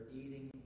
eating